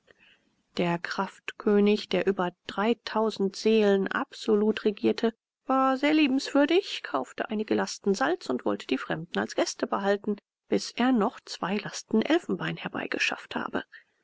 der kraftkönig der über dreitausend seelen absolut regierte war sehr liebenswürdig kaufte einige lasten salz und wollte die fremden als gäste behalten bis er noch zwei lasten elfenbein herbeigeschafft habe